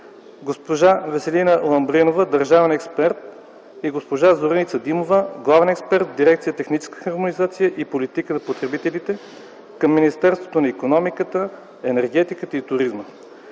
госпожа Веселина Ламбринова – държавен експерт, и госпожа Зорница Димова – главен експерт в Дирекция „Техническа хармонизация и политика за потребителите” към Министерството на икономиката, енергетиката и туризма,